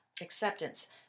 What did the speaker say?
acceptance